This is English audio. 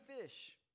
fish